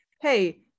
hey